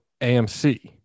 AMC